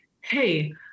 Hey